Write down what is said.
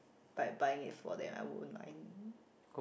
by buying it for them I won't mind